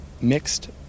mixed